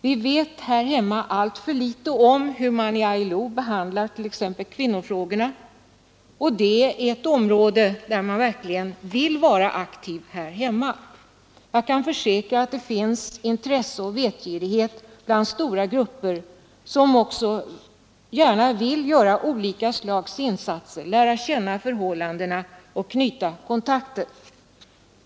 Vi vet här hemma alltför litet om hur man i ILO behandlar t.ex. kvinnofrågorna, och det är ett område där vi verkligen vill vara aktiva. Jag kan försäkra att det finns intresse och vetgirighet bland stora grupper, som också gärna vill göra olika slags insatser, lära känna förhållandena och knyta kontakter.